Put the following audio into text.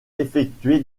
effectué